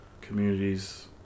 communities